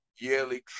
yearly